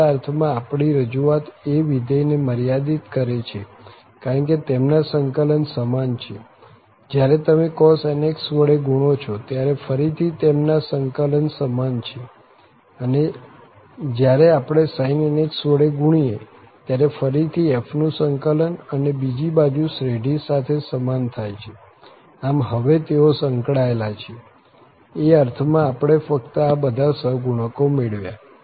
બીજા અર્થ માં આપણી રજૂઆત એ વિધેય ને મર્યાદિત કરે છે કારણ કે તેમના સંકલન સમાન છે જયારે તમે cos nx વડે ગુણો છો ત્યારે ફરી થી તેમના સંકલન સમાન છે અને જયારે આપણે sin nx વડે ગુણીએ ત્યારે ફરી થી f નું સંકલન અને બીજી બાજુ શ્રેઢી સાથે સમાન થાય છે આમ હવે તેઓ સંકળાયેલા છે એ અર્થ માં આપણે ફક્ત આ બધા સહગુણકો મેળવ્યા